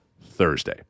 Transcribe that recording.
thursday